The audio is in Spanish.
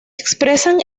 expresan